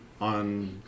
On